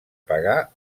pagar